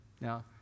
Now